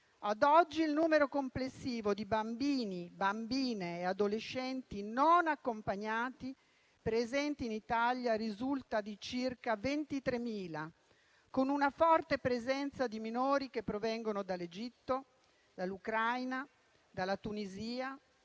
Ad oggi il numero complessivo di bambini, bambine e adolescenti non accompagnati presenti in Italia risulta di circa 23.000, con una forte presenza di minori che provengono dall'Egitto, dall'Ucraina, dalla Tunisia,